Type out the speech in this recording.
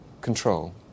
control